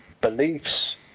beliefs